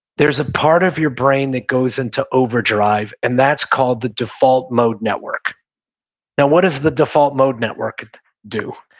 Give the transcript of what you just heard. there's a part of your brain that goes into overdrive, and that's called the default mode network now, what does the default mode network do?